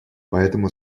поэтому